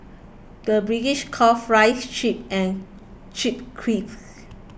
the British calls Fries Chips and Chips Crisps